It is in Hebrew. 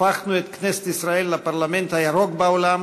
הפכנו את כנסת ישראל לפרלמנט הירוק בעולם